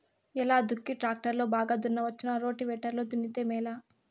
ఎలా దుక్కి టాక్టర్ లో బాగా దున్నవచ్చునా రోటివేటర్ లో దున్నితే మేలా?